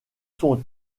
son